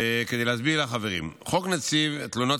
כדי להסביר לחברים: חוק נציב תלונות